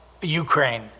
Ukraine